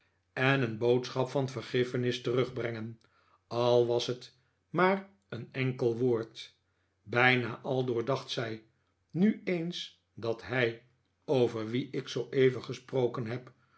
en een boodschap van vergiffenis terugbrengen al was het maar een enkel woord bijna aldoor dacht zij nu eens dat hij over wien ik zooeven gesproken heb